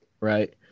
Right